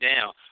down